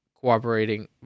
cooperating